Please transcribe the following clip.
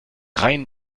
rhein